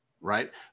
right